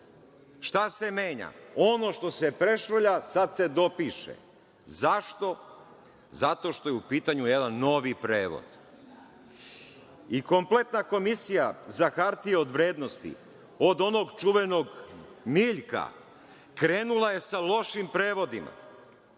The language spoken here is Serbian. se menja? Ono što se prešrvlja sada se dopiše. Zašto? Zato što je u pitanju jedan novi prevod. Kompletna Komisija za hartije od vrednosti, od onog čuvenog Miljka, krenula je sa lošim prevodima